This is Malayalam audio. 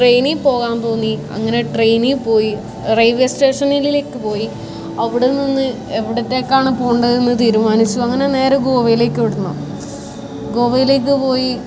ട്രെയിനിൽ പോകാൻ തോന്നി അങ്ങനെ ട്രെയിനിൽ പോയി റെയിൽവേ സ്റ്റേഷനിലേക്ക് പോയി അവിടെ നിന്ന് എവിടെത്തേക്കാണ് പോകേണ്ടതെന്ന് തീരുമാനിച്ചു അങ്ങനെ നേരെ ഗോവയിലേക്ക് വിടണെ ഗോവയിലേക്ക് പോയി